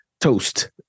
toast